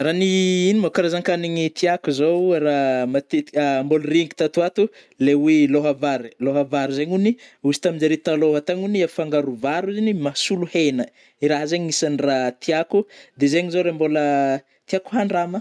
Ra ny igno moa, karazan-kanigny tiako zao rah matetiky mbôla regniky tato ato lai hoe lôhabary-lôhabary zegny hogny ozy taminjare taloha tagny ony afangaro vary zegny mahasolo hegna, iraha zegny isagny rah tiako de zegny zao rah mbôla tiako handrama.